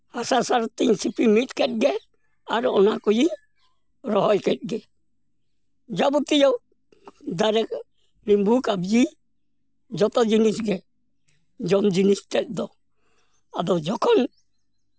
ᱦᱟᱥᱟ ᱥᱟᱨ ᱛᱤᱧ ᱥᱤᱯᱤ ᱢᱤᱫ ᱠᱮᱫᱛᱮ ᱟᱨ ᱚᱱᱟ ᱠᱚᱭᱤᱧ ᱨᱚᱦᱚᱭ ᱠᱮᱫ ᱜᱮ ᱡᱟᱵᱚᱛᱤᱭᱚ ᱫᱟᱨᱮ ᱞᱤᱢᱵᱩ ᱠᱟᱵᱽᱡᱤ ᱡᱚᱛᱚ ᱡᱤᱱᱤᱥ ᱜᱮ ᱡᱚᱢ ᱡᱤᱱᱤᱥ ᱛᱮᱫ ᱫᱚ ᱟᱫᱚ ᱡᱚᱠᱷᱚᱱ